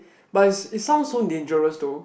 but is is sounds so dangerous though